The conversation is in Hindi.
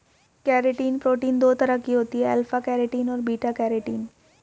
केरेटिन प्रोटीन दो तरह की होती है अल्फ़ा केरेटिन और बीटा केरेटिन